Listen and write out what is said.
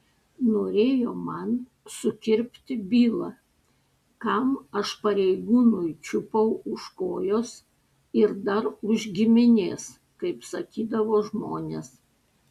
norėjo man sukirpti bylą kam aš pareigūnui čiupau už kojos ir dar už giminės kaip sakydavo žmonės